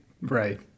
right